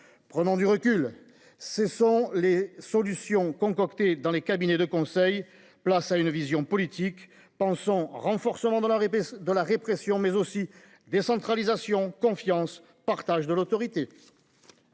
Prenons du recul. Cessons les solutions concoctées dans les cabinets de conseil. Place à une vision politique. Pensons renforcement de la répression, mais aussi décentralisation, confiance, partage de l’autorité.